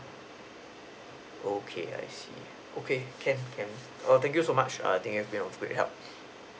okay I see okay can can err thank you much err I think you've been a good help